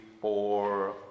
four